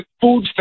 food